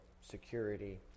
security